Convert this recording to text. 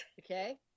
Okay